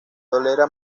tolera